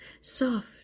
Soft